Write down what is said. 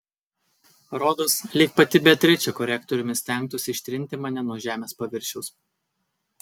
rodos lyg pati beatričė korektoriumi stengtųsi ištrinti mane nuo žemės paviršiaus